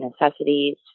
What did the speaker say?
necessities